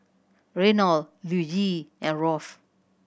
Reynold Luigi and Rolf